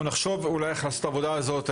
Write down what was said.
אנחנו נחשוב איך לעשות את העבודה הזאת.